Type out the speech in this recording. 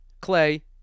Clay